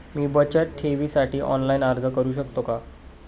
मी बचत ठेवीसाठी ऑनलाइन अर्ज करू शकतो का?